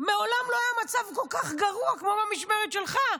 מעולם לא היה מצב כל כך גרוע כמו במשמרת שלך.